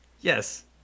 Yes